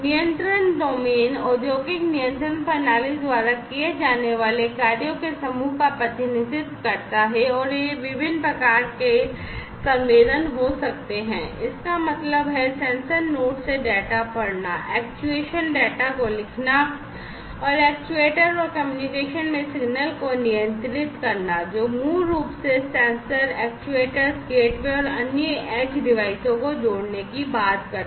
नियंत्रण डोमेन औद्योगिक नियंत्रण प्रणाली द्वारा किए जाने वाले कार्यों के समूह का प्रतिनिधित्व करता है और ये विभिन्न प्रकार के संवेदन डेटा को लिखना और एक्ट्यूएटर और कम्युनिकेशन में सिग्नल को नियंत्रित करना जो मूल रूप से सेंसर एक्ट्यूएटर्स गेटवे और अन्य एज डिवाइसों को जोड़ने की बात करता है